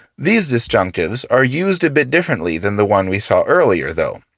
these disjunctives are used a bit differently than the one we saw earlier, though.